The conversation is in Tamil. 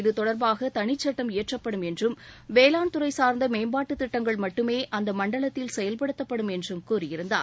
இதுதொடர்பாக தனிச்சுட்டம் இயற்றப்படும் என்றும் வேளாண் துறை சார்ந்த மேம்பாட்டுத் திட்டங்கள் மட்டுமே அந்த மண்டலத்தில் செயல்படுத்தப்படும் என்றும் கூறியிருந்தார்